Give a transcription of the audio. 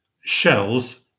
shells